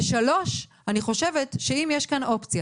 ושלוש, אני חושבת שאם יש כאן אופציה